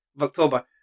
October